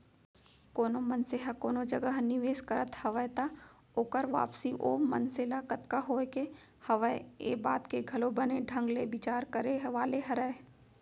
कोनो मनसे ह कोनो जगह निवेस करत हवय त ओकर वापसी ओ मनसे ल कतका होय के हवय ये बात के घलौ बने ढंग ले बिचार करे वाले हरय